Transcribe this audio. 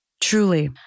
Truly